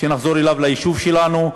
שנחזור אל היישוב שלנו.